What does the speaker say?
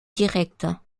directe